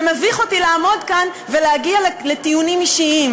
זה מביך אותי לעמוד כאן ולהגיע לטיעונים אישיים